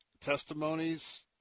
testimonies